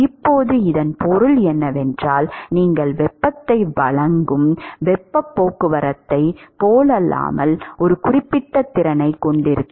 இப்போது இதன் பொருள் என்னவென்றால் நீங்கள் வெப்பத்தை வழங்கும் வெப்பப் போக்குவரத்தைப் போலல்லாமல் ஒரு குறிப்பிட்ட திறனைக் கொண்டிருக்கும்